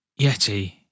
Yeti